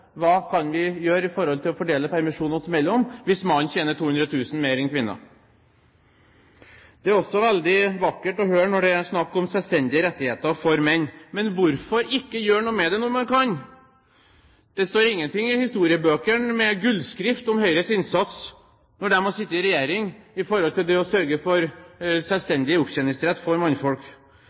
Hva kan vi gjøre i forhold til å fordele permisjonen oss imellom hvis mannen tjener 200 000 mer enn kvinnen? Det er også veldig vakkert å høre når det er snakk om selvstendige rettigheter for menn. Men hvorfor ikke gjøre noe med det når man kan? Det står ingenting i historiebøkene med gullskrift om Høyres innsats når de har sittet i regjering, om å sørge for selvstendig opptjeningsrett for mannfolk.